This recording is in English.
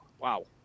Wow